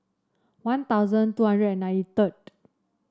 One Thousand two hundred and ninety third